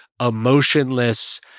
emotionless